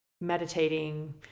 meditating